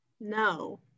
No